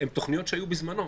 זה תוכניות שהיו בזמנו.